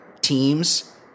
teams